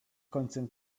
końcem